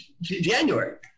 January